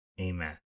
Amen